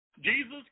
Jesus